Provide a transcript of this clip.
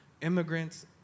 immigrants